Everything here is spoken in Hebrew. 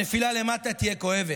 הנפילה למטה תהיה כואבת.